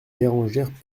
bérengère